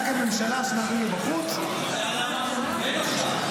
רק הממשלה מבחוץ --- אתה יודע למה --- בתוך